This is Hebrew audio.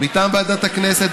מטעם ועדת הכנסת,